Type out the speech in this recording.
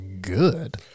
good